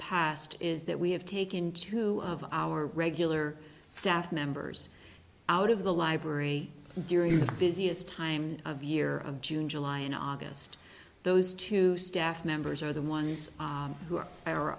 past is that we have taken two of our regular staff members out of the library during the busiest time of year of june july and august those two staff members are the ones who are